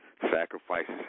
sacrifices